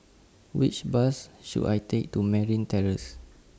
Which Bus should I Take to Merryn Terrace